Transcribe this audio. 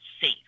safe